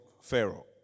Pharaoh